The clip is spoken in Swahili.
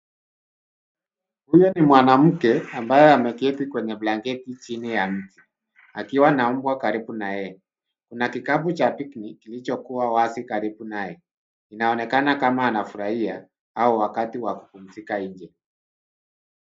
Huyu ni mwanamke ambaye ameketi kwenye blanketi chini ya mti akiwa na mbwa karibu na yeye .Kuna kikapu cha pikiniki kilichokuwa wazi karibu naye. Inaonekana kama anafurahia au wakati wa kupumzika nje.